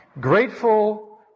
Grateful